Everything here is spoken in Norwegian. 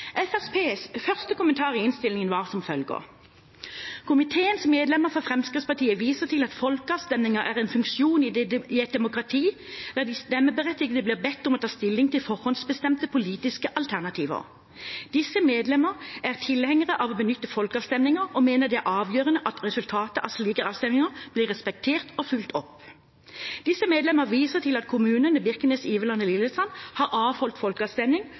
Fremskrittspartiets første kommentar i innstillingen var som følger: «Komiteens medlemmer fra Fremskrittspartiet viser til at folkeavstemninger er en funksjon i et demokrati der de stemmeberettigede blir bedt om å ta stilling til forhåndsbestemte politiske alternativer. Disse medlemmer er tilhengere av å benytte folkeavstemninger og mener det er avgjørende at resultatet av slike avstemninger blir respektert og fulgt opp. Disse medlemmer viser til at kommunene Birkenes, Iveland og Lillesand har avholdt folkeavstemning